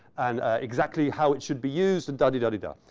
and exactly how it should be used and da-di-da-di-da.